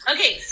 Okay